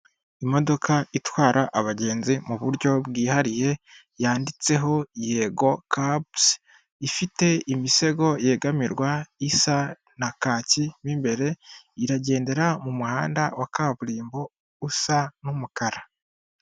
Imodoka itwara abagenzi mu buryo bwihariye yanditseho yego capuzi ifite imisego yegamirwa, isa na kaki immbere iragendera mu muhanda wa kaburimbo usa n'umukara.